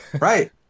Right